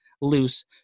loose